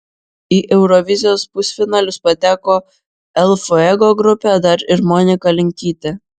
į eurovizijos pusfinalius pateko el fuego grupė dar ir monika linkytė